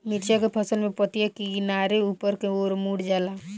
मिरचा के फसल में पतिया किनारे ऊपर के ओर मुड़ जाला?